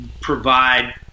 provide